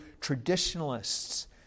traditionalists